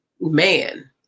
man